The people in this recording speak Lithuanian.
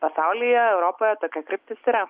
pasaulyje europoje tokia kryptis yra